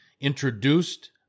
introduced